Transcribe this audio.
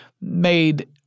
made